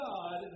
God